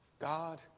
God